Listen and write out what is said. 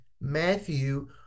Matthew